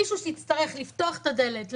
מישהו שיצטרך לפתוח את הדלת,